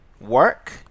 work